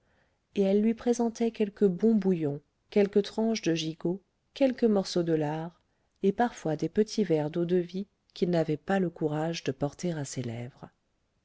et elle lui présentait quelque bon bouillon quelque tranche de gigot quelque morceau de lard et parfois des petits verres d'eau-de-vie qu'il n'avait pas le courage de porter à ses lèvres